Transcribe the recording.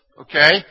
Okay